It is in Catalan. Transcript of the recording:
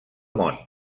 món